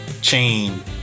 chain